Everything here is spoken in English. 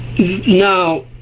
now